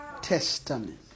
Testament